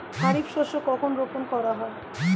খারিফ শস্য কখন রোপন করা হয়?